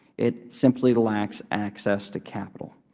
it simply lacks access to capital.